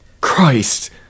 Christ